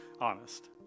honest